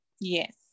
Yes